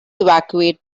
evacuate